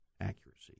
accuracy